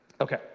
okay